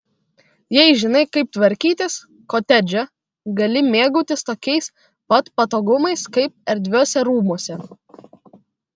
jei žinai kaip tvarkytis kotedže gali mėgautis tokiais pat patogumais kaip erdviuose rūmuose